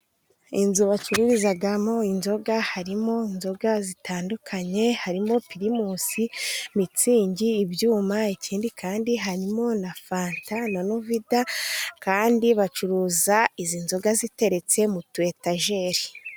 Inzu bacururizamo inzoga harimo inzoga zitandukanye harimo pirimusi, mitsingi, ibyuma. Ikindi kandi harimo na fanta na novida kandi bacuruza izi nzoga ziteretse mutu etajeri.